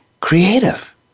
creative